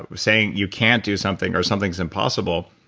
ah saying you can't do something or something's impossible,